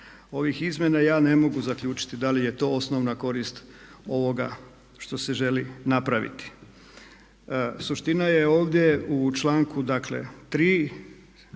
ovih izmjena ja ne mogu zaključiti da li je to osnovna korist ovoga što se želi napraviti. Suština je ovdje u članku dakle 3.